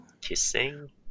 kissing